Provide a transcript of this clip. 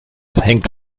hängt